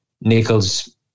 Nichols